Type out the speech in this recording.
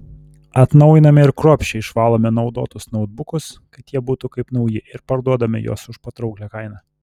atnaujiname ir kruopščiai išvalome naudotus nautbukus kad jie būtų kaip nauji ir parduodame juos už patrauklią kainą